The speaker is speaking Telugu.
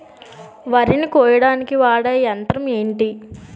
వరి ని కోయడానికి వాడే యంత్రం ఏంటి?